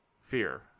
fear